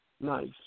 Nice